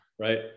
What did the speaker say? right